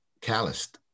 calloused